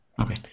Okay